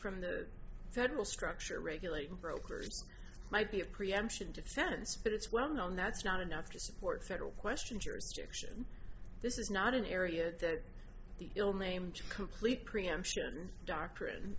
from the federal structure regulating brokers might be a preemption defense but it's well known that's not enough to support federal question jurisdiction this is not an area that the ill named complete preemption doctrine